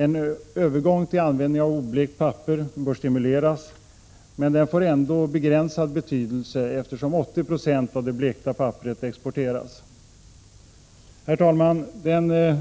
En övergång till användning av oblekt papper bör stimuleras, men det får ändå begränsad betydelse, eftersom 80 26 av det blekta papperet exporteras. Herr talman! Den danska